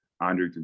Andre